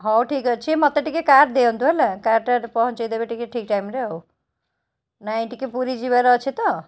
ହଉ ଠିକ୍ଅଛି ମୋତେ ଟିକେ କାର୍ ଦିଅନ୍ତୁ ହେଲା କାର୍ ଟା ପହଁଞ୍ଚାଇଦେବେ ଟିକେ ଠିକ୍ ଟାଇମ ରେ ଆଉ ନାହିଁ ଟିକେ ପୁରୀ ଯିବାର ଅଛି ତ